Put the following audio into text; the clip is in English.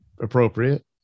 appropriate